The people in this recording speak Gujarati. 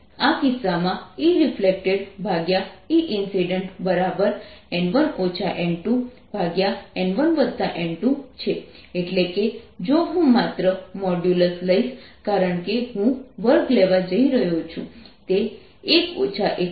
તેથી તેથી આ કિસ્સામાં EreflectedEincident n1 n2n1n2 છે એટલે કે જો હું માત્ર મોડ્યુલસ લઈશ કારણ કે હું વર્ગ લેવા જઈ રહ્યો છું તે 1 1